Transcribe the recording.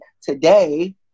today